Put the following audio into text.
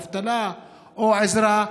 אבטלה או עזרה,